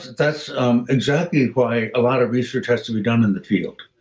that's um exactly why a lot of research has to be done in the field.